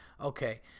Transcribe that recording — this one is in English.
Okay